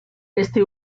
este